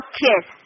kiss